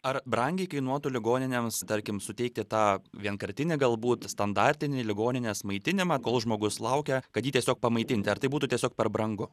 ar brangiai kainuotų ligoninėms tarkim suteikti tą vienkartinį galbūt standartinį ligoninės maitinimą kol žmogus laukia kad jį tiesiog pamaitinti ar tai būtų tiesiog per brangu